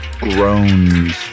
groans